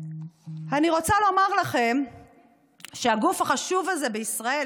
אני רוצה לומר לכם שהגוף החשוב הזה בישראל,